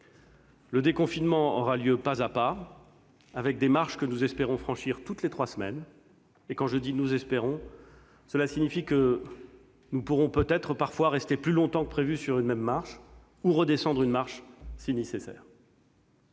Le déconfinement aura lieu, pas à pas, avec des marches que nous espérons franchir toutes les trois semaines. Et quand je dis « nous espérons », cela signifie que nous pourrons rester parfois plus longtemps que prévu sur une même marche ou redescendre une marche si nécessaire.